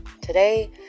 Today